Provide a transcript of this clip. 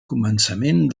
començament